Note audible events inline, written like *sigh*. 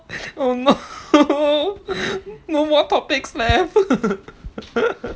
oh no *laughs* no more topics left *laughs*